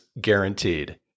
guaranteed